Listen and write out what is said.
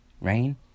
Rain